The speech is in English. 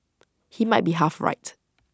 he might be half right